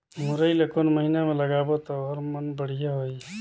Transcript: मुरई ला कोन महीना मा लगाबो ता ओहार मान बेडिया होही?